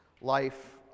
life